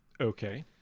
Okay